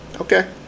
Okay